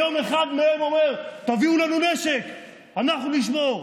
היום אחד מהם אומר: תביאו לנו נשק, אנחנו נשמור.